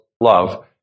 love